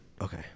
Okay